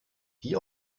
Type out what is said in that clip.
wie